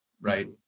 right